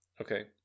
Okay